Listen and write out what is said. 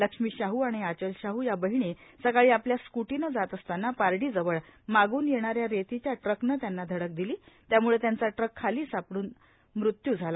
लक्ष्मी शाह आणि आंचल शाह या बहिणी सकाळी आपल्या स्कृटीने जात असतांना पारडी जवळ मागून येणाऱ्या रेतीच्या ट्रकने धडक दिली यामुळे त्यांचा ट्रक खाली सापडून मृत्यू झाला